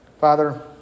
Father